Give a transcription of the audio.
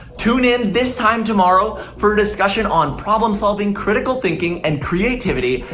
tune in this time tomorrow for a discussion on problem solving, critical thinking, and creativity.